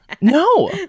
No